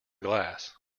glass